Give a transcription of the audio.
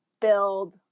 build